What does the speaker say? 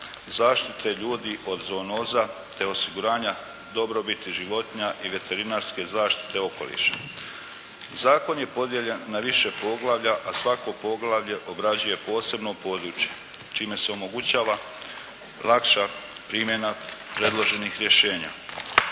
zaštite ljudi od zoonoza te osiguranja dobrobiti životinja i veterinarske zaštite okoliša. Zakon je podijeljen na više poglavlja, a svako poglavlje obrađuje posebno područje čime se omogućava lakša primjena predloženih rješenja.